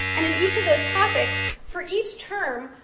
and in each of those topics, for each term,